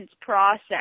process